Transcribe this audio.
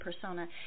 persona